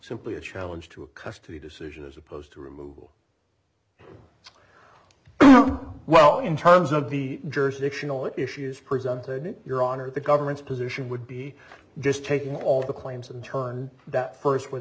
simply a challenge to a custody decision as opposed to removal well in terms of the jurisdiction all issues presented your honor the government's position would be just taking all the claims and turn that st with